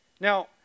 Now